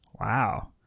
Wow